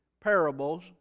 parables